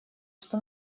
что